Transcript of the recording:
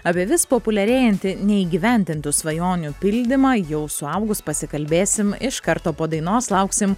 apie vis populiarėjantį neįgyvendintų svajonių pildymą jau suaugus pasikalbėsim iš karto po dainos lauksim